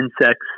insects